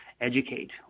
educate